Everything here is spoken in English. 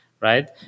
right